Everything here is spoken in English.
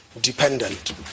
dependent